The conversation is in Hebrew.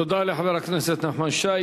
תודה לחבר הכנסת נחמן שי.